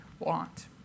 Want